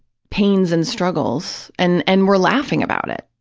pains and struggles, and and were laughing about it.